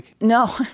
No